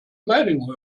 meinung